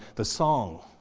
the song,